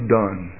done